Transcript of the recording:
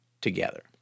together